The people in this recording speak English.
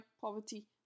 poverty